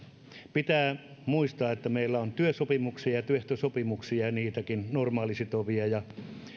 pitää muistaa että meillä on työsopimuksia ja ja työehtosopimuksia ja niitäkin on normaalisitovia ja